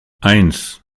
eins